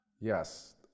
yes